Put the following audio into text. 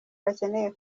bakeneye